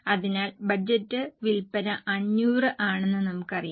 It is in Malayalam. അതിനാൽ ബജറ്റ് വിൽപ്പന 500 ആണെന്ന് നമുക്കറിയാം